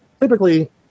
Typically